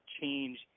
change